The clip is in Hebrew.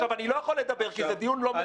אני לא יכול לדבר, כי זה דיון לא מסווג.